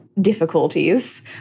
difficulties